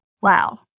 wow